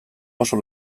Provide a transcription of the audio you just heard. oso